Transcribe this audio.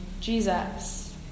Jesus